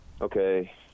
okay